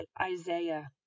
Isaiah